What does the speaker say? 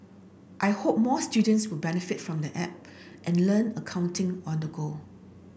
I hope more students will benefit from the app and learn accounting on the go